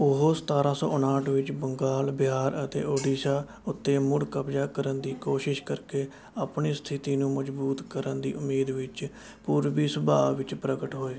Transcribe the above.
ਉਹ ਸਤਾਰ੍ਹਾਂ ਸੌ ਉਨਾਹਠ ਵਿੱਚ ਬੰਗਾਲ ਬਿਹਾਰ ਅਤੇ ਓਡੀਸ਼ਾ ਉੱਤੇ ਮੁੜ ਕਬਜ਼ਾ ਕਰਨ ਦੀ ਕੋਸ਼ਿਸ਼ ਕਰਕੇ ਆਪਣੀ ਸਥਿਤੀ ਨੂੰ ਮਜ਼ਬੂਤ ਕਰਨ ਦੀ ਉਮੀਦ ਵਿੱਚ ਪੂਰਬੀ ਸੁਭਾਅ ਵਿੱਚ ਪ੍ਰਗਟ ਹੋਏ